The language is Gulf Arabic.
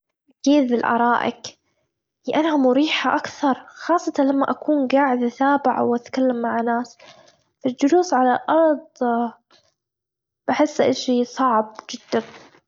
أكيذ الأرائك لأنها مريحة أكثر خاصةً لما أكون قاعدة أثابع أو أتكلم مع ناس الجلوس على الأرض بحس أشي صعب جدا.